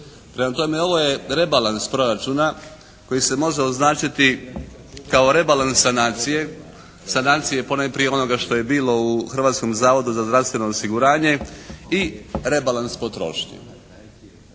Prema tome, ovo je rebalans proračuna koji se može označiti kao rebalans sanacije, sanacije ponajprije onoga što je bilo u Hrvatskom zavodu za zdravstveno osiguranje i rebalans potrošnje.